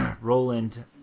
Roland